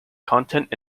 content